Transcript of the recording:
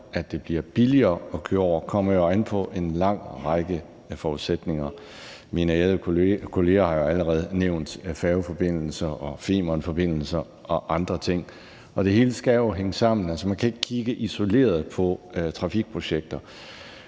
at det bliver billigere at køre over, kommer jo an på en lang række forudsætninger. Mine ærede kolleger har jo allerede nævnt færgeforbindelser og Femernforbindelsen og andre ting, og det hele skal jo hænge sammen, for man kan ikke kigge isoleret på trafikprojekter.